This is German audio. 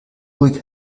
ruhig